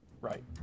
Right